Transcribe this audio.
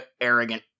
arrogant